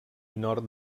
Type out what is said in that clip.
nord